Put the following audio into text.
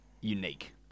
unique